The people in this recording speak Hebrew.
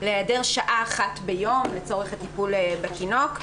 להיעדר שעה אחת ביום לצורך הטיפול בתינוק.